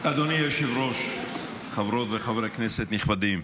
אדוני היושב-ראש, חברות וחברי כנסת נכבדים,